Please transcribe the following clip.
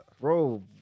Bro